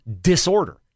disorder